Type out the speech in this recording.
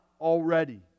already